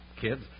kids